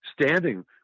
standing